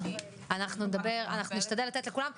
אנחנו נשתדל לתת לכולם לדבר,